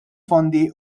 fondi